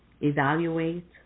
Evaluate